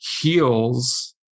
heals